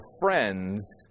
friends